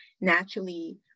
naturally